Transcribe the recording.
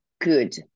good